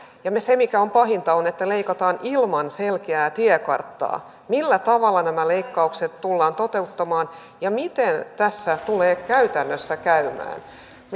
ja se mikä on pahinta on että leikataan ilman selkeää tiekarttaa millä tavalla nämä leikkaukset tullaan toteuttamaan ja miten tässä tulee käytännössä käymään